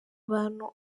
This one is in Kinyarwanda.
abantu